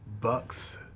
Bucks